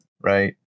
right